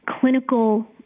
clinical